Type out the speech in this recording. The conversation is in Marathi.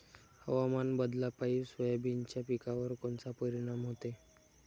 हवामान बदलापायी सोयाबीनच्या पिकावर कोनचा परिणाम होते?